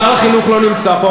שר החינוך לא נמצא פה,